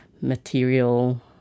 material